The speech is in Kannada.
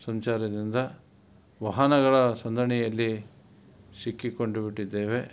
ಸಂಚಾರದಿಂದ ವಾಹನಗಳ ಸಂದಣಿಯಲ್ಲಿ ಸಿಕ್ಕಿಕೊಂಡು ಬಿಟ್ಟಿದ್ದೇವೆ